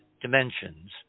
dimensions